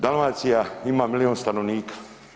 Dalmacija ima milijun stanovnika.